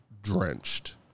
Drenched